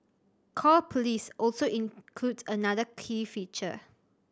call Police also includes another key feature